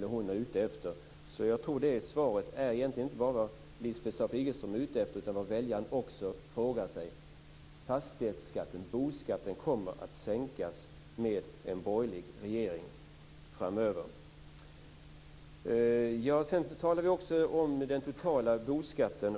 Det handlar inte bara om vad Lisbeth Staaf Igelström är ute efter, utan det gäller också vad väljarna efterfrågar. Fastighetsskatten, boskatten, kommer att sänkas med en borgerlig regering. När det gäller den totala boskatten